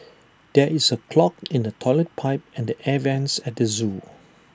there is A clog in the Toilet Pipe and the air Vents at the Zoo